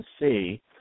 see